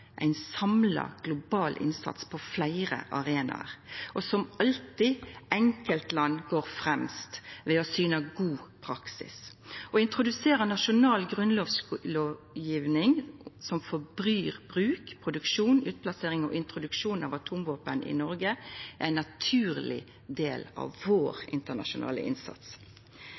ein samla global innsats på fleire arenaer, og som alltid: Enkeltland går fremst ved å syna god praksis. Å introdusera nasjonal grunnlovsgjeving som forbyr bruk, produksjon, utplassering og introduksjon av atomvåpen i Noreg, er ein naturleg del av vår internasjonale innsats.